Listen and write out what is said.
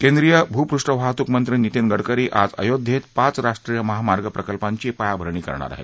केंद्रीय भूपृष्ठवाहतूक मंत्री नितीन गडकरी आज अयोध्येत पाच राष्ट्रीय महामार्ग प्रकल्पांची पायाभरणी करणार आहेत